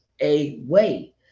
away